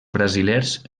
brasilers